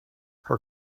her